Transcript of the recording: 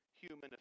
human